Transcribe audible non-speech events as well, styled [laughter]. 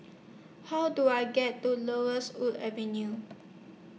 How Do I get to Laurel [unintelligible] Wood Avenue